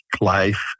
life